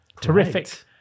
Terrific